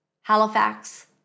Halifax